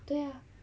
对 ah